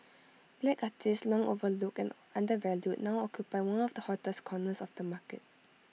black artists long overlooked and undervalued now occupy one of the hottest corners of the market